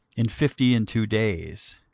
in fifty and two days.